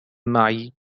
معي